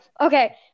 okay